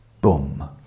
Boom